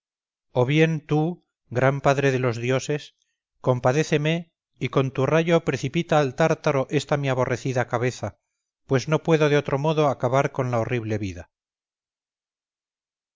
o bien tú gran padre de los dioses compadéceme y con tu rayo precipita al tártaro esta mi aborrecida cabeza pues no puedo de otro modo acabar con la horrible vida